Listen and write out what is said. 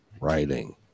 writing